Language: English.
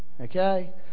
Okay